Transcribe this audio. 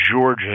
Georgia